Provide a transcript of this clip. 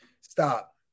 Stop